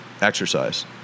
exercise